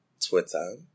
Twitter